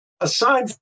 aside